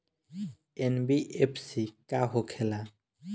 NBFC का होंखे ला?